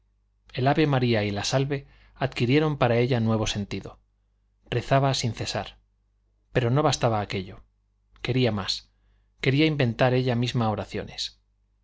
el ave maría y la salve adquirieron para ella nuevo sentido rezaba sin cesar pero no bastaba aquello quería más quería inventar ella misma oraciones